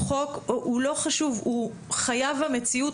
הוא חייב המציאות.